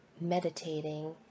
meditating